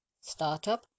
startup